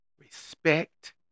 respect